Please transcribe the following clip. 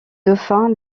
dauphins